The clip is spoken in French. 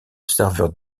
serveur